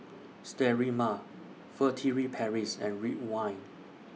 Sterimar Furtere Paris and Ridwind